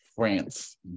France